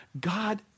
God